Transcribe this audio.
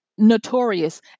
Notorious